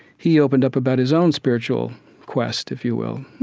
he opened up about his own spiritual quest, if you will.